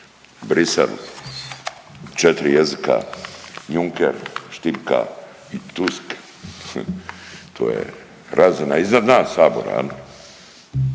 Bruxelles, četri jezika, Juncker štipka i Tusk to je razina iznad nas Sabora